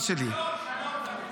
עוזר לתומכי טרור?